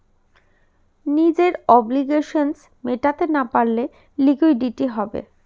নিজের অব্লিগেশনস মেটাতে না পারলে লিকুইডিটি হবে